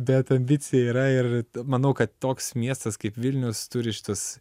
bet ambicija yra ir manau kad toks miestas kaip vilnius turi šituos